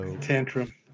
Tantrum